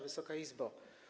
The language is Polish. Wysoka Izbo!